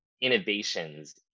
innovations